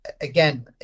again